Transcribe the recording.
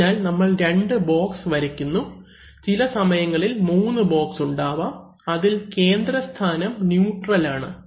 അതിനാൽ നമ്മൾ രണ്ട് ബോക്സ് വരയ്ക്കുന്നു ചില സമയങ്ങളിൽ മൂന്ന് ബോക്സ് ഉണ്ടാവാം അതിൽ കേന്ദ്രസ്ഥാനം ന്യൂട്രൽ ആണ്